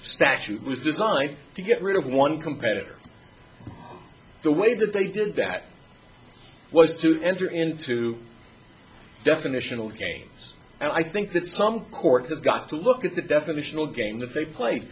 statute was designed to get rid of one competitor the way that they did that was to enter into definitional games and i think that some court has got to look at the definitional game that they play